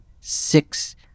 six